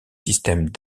systèmes